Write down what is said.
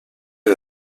est